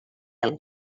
cel